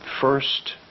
first